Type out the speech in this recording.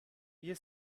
wir